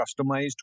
customized